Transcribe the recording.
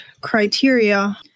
criteria